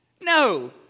No